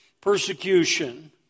persecution